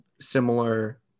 similar